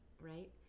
right